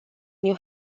new